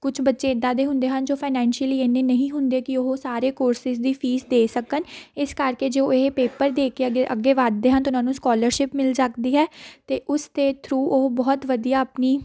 ਕੁਛ ਬੱਚੇ ਇੱਦਾਂ ਦੇ ਹੁੰਦੇ ਹਨ ਜੋ ਫਾਈਨੈਂਸ਼ੀਅਲੀ ਇੰਨੇ ਨਹੀਂ ਹੁੰਦੇ ਕਿ ਉਹ ਸਾਰੇ ਕੋਰਸਿਸ ਦੀ ਫੀਸ ਦੇ ਸਕਣ ਇਸ ਕਰਕੇ ਜੋ ਇਹ ਪੇਪਰ ਦੇ ਕੇ ਅੱਗੇ ਅੱਗੇ ਵੱਧਦੇ ਹਾਂ ਉਹਨਾਂ ਨੂੰ ਸਕੋਲਰਸ਼ਿਪ ਮਿਲ ਸਕਦੀ ਹੈ ਅਤੇ ਉਸ ਦੇ ਥਰੂ ਉਹ ਬਹੁਤ ਵਧੀਆ ਆਪਣੀ